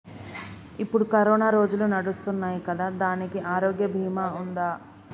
ఇప్పుడు కరోనా రోజులు నడుస్తున్నాయి కదా, దానికి ఆరోగ్య బీమా ఉందా?